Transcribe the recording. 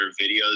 videos